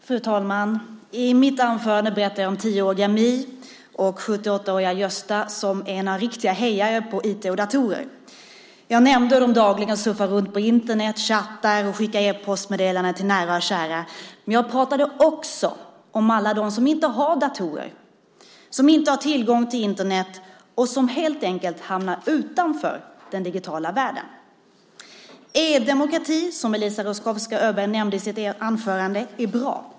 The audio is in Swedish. Fru talman! I mitt anförande berättade jag om 10-åriga Mi och 78-åriga Gösta som är ena riktiga hejare på IT och datorer. Jag nämnde hur de dagligen surfar runt på Internet, chattar och skickar e-postmeddelanden till nära och kära. Men jag pratade också om alla dem som inte har datorer, som inte har tillgång till Internet och som helt enkelt hamnar utanför den digitala världen. E-demokrati, som Eliza Roszkowska Öberg nämnde i sitt anförande, är bra.